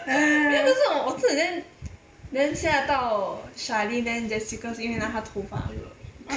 可是我我真的 then then 吓到 charlene then jessica 是因为那她头发那个